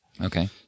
Okay